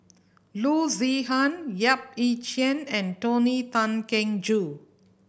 Loo Zihan Yap Ee Chian and Tony Tan Keng Joo